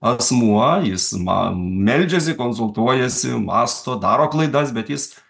asmuo jis man meldžiasi konsultuojasi mąsto daro klaidas bet jis